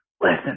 Listen